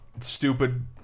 stupid